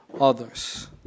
others